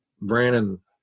Brandon